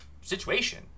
situation